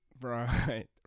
Right